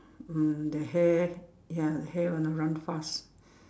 um the hare ya the hare gonna run fast